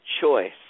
choice